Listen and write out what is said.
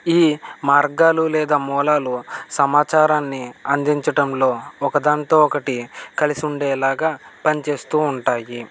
ఈ మార్గాలు లేదా మూలాలు సమాచారాన్ని అందించటంలో ఒకదానితో ఒకటి కలిసుండేలాగా పని చేస్తూ ఉంటాయి